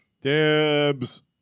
Dibs